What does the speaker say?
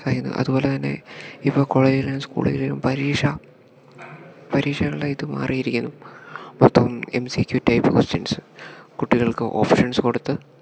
ആയിരുന്നു അതുപോലെത്തന്നെ ഇപ്പം കോളേജുകളിലും സ്കൂളുകളിലും പരീക്ഷ പരീക്ഷകളുടെ ഇത് മാറിയിരിക്കുന്നു മൊത്തം M C Q type questions കുട്ടികൾക്ക് ഓപ്ഷൻസ് കൊടുത്ത്